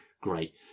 great